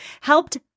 helped